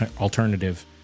alternative